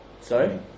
Sorry